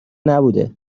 نبوده